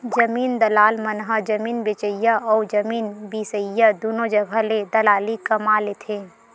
जमीन दलाल मन ह जमीन बेचइया अउ जमीन बिसईया दुनो जघा ले दलाली कमा लेथे